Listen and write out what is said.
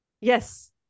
Yes